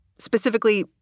Specifically